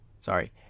Sorry